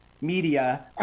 media